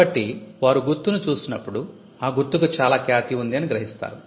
కాబట్టి వారు గుర్తును చూసినప్పుడు ఆ గుర్తుకు చాలా ఖ్యాతి ఉంది అని గ్రహిస్తారు